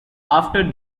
after